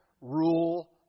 Rule